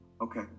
Okay